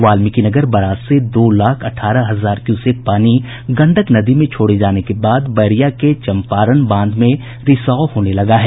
Valmiki Nagar barrage से दो लाख अठारह हजार क्यूसेक पानी गंडक नदी में छोड़े जाने के बाद बैरिया के चम्पारण बांध में रिसाव होने लगा है